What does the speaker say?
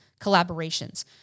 collaborations